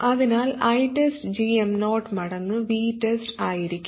അതിനാൽ ITEST gm0 മടങ്ങ് VTEST ആയിരിക്കും